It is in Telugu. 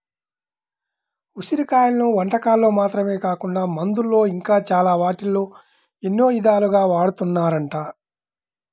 ఉసిరి కాయలను వంటకాల్లో మాత్రమే కాకుండా మందుల్లో ఇంకా చాలా వాటిల్లో ఎన్నో ఇదాలుగా వాడతన్నారంట